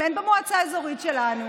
אין במועצה האזורית שלנו.